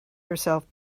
herself